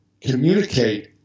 communicate